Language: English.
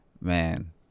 Man